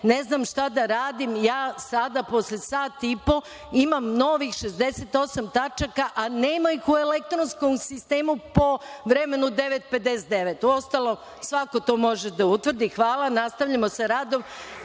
ne znam šta da radim, posle sat i po imam novih 68 tačaka, a nema ih u elektronskom sistemu po vremenu 9.59 sati. Uostalom , svako to može da utvrdi. Hvala. Nastavljamo sa